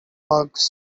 bugs